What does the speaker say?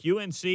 UNC